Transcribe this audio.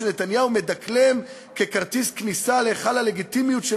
שנתניהו מדקלם ככרטיס כניסה להיכל הלגיטימיות של